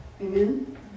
Amen